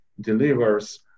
delivers